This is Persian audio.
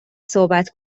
صحبت